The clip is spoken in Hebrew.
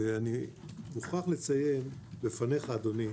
אני מוכרח לציין בפניך, אדוני,